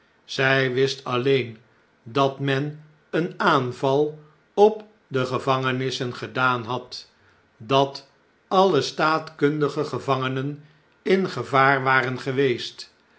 zij wist alleen dat men een aanval op de gevangenissen gedaan had dat alle staatkundige gevangenen in gevaar waren geweest